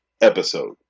episode